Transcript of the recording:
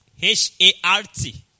H-A-R-T